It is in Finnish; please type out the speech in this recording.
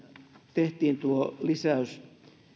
tehtiin tuo lisäys